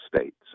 states